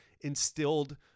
instilled